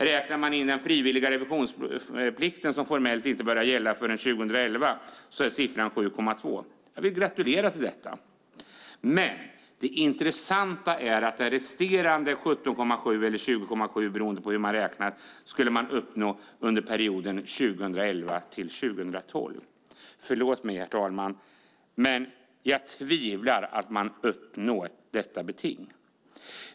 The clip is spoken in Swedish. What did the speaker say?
Räknar man in den frivilliga revisionsplikten, som formellt inte börjar gälla förrän 2011, är siffran 7,2 procent. Jag vill gratulera till detta. Men det intressanta är att de resterande 17,7 eller 20,7 procenten, beroende på hur man räknar, skulle man uppnå under perioden 2011-2012. Förlåt mig, herr talman, men jag tvivlar på att man uppnår detta beting.